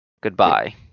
Goodbye